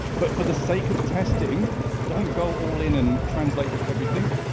but for the sake of testing don't go all in and translate everything.